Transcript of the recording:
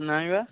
ନାହିଁ ବା